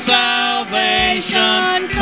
salvation